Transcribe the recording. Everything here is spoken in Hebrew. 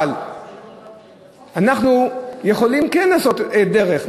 אבל אנחנו יכולים כן לעשות דרך.